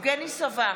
נגד יבגני סובה,